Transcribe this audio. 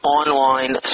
online